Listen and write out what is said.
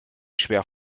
schwer